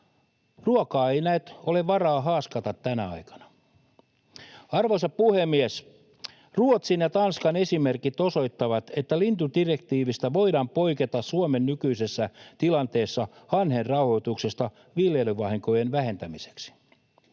Ruokaa ei näet ole varaa haaskata tänä aikana. Arvoisa puhemies! Ruotsin ja Tanskan esimerkit osoittavat, että lintudirektiivistä voidaan poiketa Suomen nykyisessä tilanteessa hanhen rauhoituksesta viljelyvahinkojen vähentämiseksi.